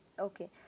Okay